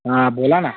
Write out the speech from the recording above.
हां बोला ना